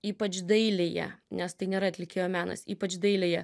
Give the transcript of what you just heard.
ypač dailėje nes tai nėra atlikėjo menas ypač dailėje